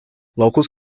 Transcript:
locals